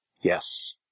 yes